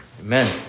Amen